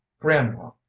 grandma